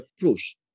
approach